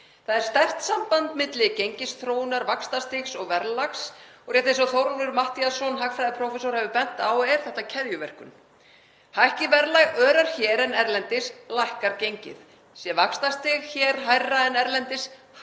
Það er sterkt samband milli gengisþróunar, vaxtastigs og verðlags og rétt eins og Þórólfur Matthíasson hagfræðiprófessor hefur bent á er þetta keðjuverkun. Hækki verðlag örar hér en erlendis lækkar gengið. Sé vaxtastig hér hærra en erlendis